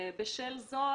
בשל זאת,